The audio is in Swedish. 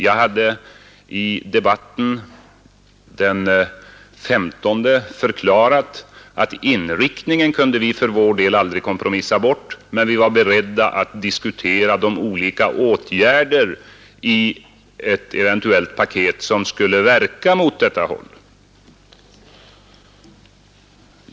Jag hade i debatten den 15 förklarat att inriktningen kunde vi för vår del aldrig kompromissa bort men att vi var beredda att diskutera de olika åtgärder i ett eventuellt paket som skulle verka åt detta håll.